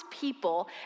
people